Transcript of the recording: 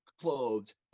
clothes